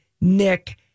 Nick